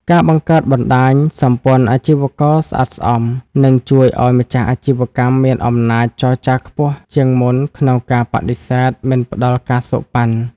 ការបង្កើតបណ្ដាញ "សម្ព័ន្ធអាជីវករស្អាតស្អំ" នឹងជួយឱ្យម្ចាស់អាជីវកម្មមានអំណាចចរចាខ្ពស់ជាងមុនក្នុងការបដិសេធមិនផ្ដល់ ការសូកប៉ាន់។